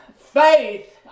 Faith